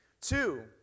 two